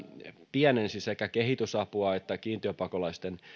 pienensi sekä kehitysapua että kiintiöpakolaisten